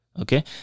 Okay